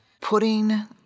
putting